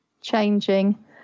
changing